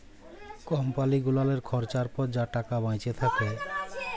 কম্পালি গুলালের খরচার পর যা টাকা বাঁইচে থ্যাকে